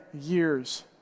years